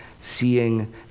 seeing